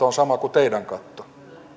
on sama kuin teidän kattonne